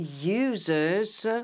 users